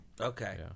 Okay